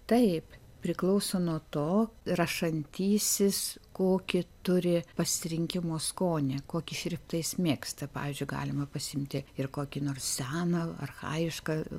taip priklauso nuo to rašantysis kokį turi pasirinkimo skonį kokį šriftą jis mėgsta pavyzdžiui galima pasiimti ir kokį nors seną archajišką